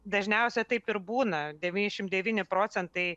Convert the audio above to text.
dažniausia taip ir būna devyniasdešim devyni procentai